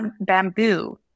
bamboo